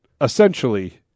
essentially –